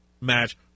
match